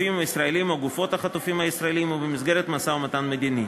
חטופים ישראלים או גופות חטופים ישראלים או במסגרת משא-ומתן מדיני.